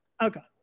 Okay